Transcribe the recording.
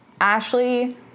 Ashley